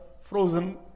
frozen